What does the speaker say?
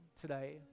today